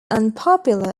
unpopular